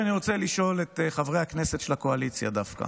אני רוצה לשאול את חברי הכנסת של הקואליציה דווקא.